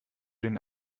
den